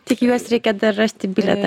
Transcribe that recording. tik į juos reikia dar rasti bilietą